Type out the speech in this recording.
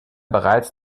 bereits